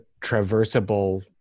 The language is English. traversable